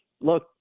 look